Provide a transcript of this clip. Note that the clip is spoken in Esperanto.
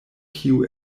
kiu